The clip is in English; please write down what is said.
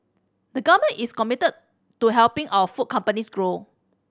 the Government is committed to helping our food companies grow